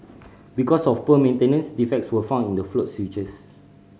because of poor maintenance defects were found in the float switches